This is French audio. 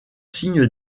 signe